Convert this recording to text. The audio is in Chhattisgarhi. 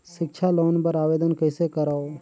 सिक्छा लोन बर आवेदन कइसे करव?